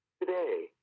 today